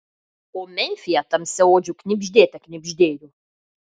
o memfyje tamsiaodžių knibždėte knibždėjo